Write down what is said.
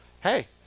hey